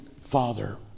father